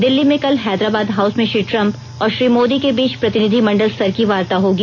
दिल्ली में कल हैदराबाद हाउस में श्री ट्रम्प और श्री मोदी के बीच प्रतिनिधिमंडल स्तर की वार्ता होगी